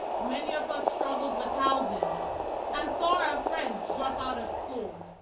many of us struggled with housing and saw our friends drop out of school,